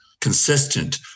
consistent